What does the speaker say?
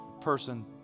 Person